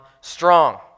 strong